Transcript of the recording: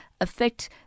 affect